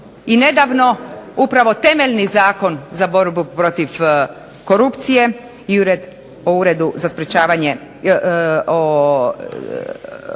I nedavno upravo temeljni Zakon za borbu protiv korupcije i o Uredu za sprječavanje,